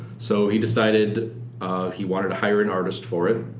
so he decided he wanted to hire an artist for it.